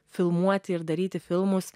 filmuoti ir daryti filmus